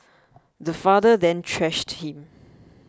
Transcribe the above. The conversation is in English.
the father then thrashed him